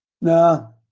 No